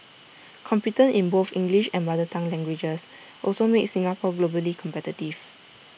competence in both English and mother tongue languages also makes Singapore globally competitive